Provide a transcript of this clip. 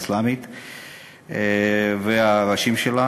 והראשים שלה,